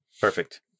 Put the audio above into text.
Perfect